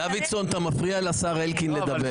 דוידסון, אתה מפריע לשר אלקין לדבר.